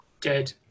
dead